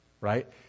right